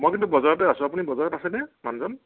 মই কিন্তু বজাৰতে আছোঁ আপুনি বজাৰত আছেনে মানুহজন